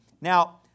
Now